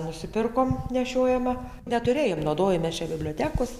nusipirkom nešiojamą neturėjom naudojamės čia bibliotekos